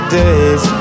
days